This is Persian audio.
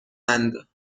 اند